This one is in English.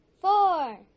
four